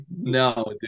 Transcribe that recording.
no